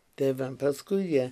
tai va paskui jie